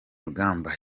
rugambwa